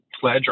pledge